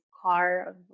Car